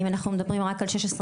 אם אנחנו מדברים רק על 2016,